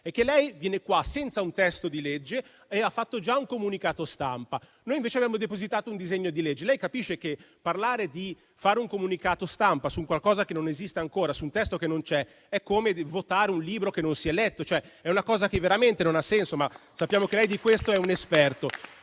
è che lei viene qua senza un testo di legge ma avendo già fatto un comunicato stampa; noi, invece, abbiamo depositato un disegno di legge. Lei capisce che parlare di fare un comunicato stampa su qualcosa che non esiste ancora, su un testo che non c'è, è come votare un libro che non si è letto, cioè è una cosa che veramente non ha senso, ma sappiamo che lei di questo è un esperto.